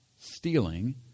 stealing